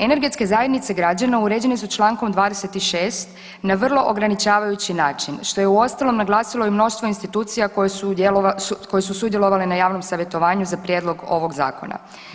Energetske zajednice građana uređene su čl. 26 na vrlo ograničavajući način, što je uostalom, naglasilo i mnoštvo institucija koje su sudjelovale na javnom savjetovanju za prijedlog ovog Zakona.